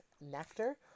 Nectar